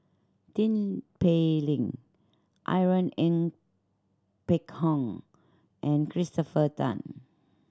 Tin Pei Ling Irene Ng Phek Hoong and Christopher Tan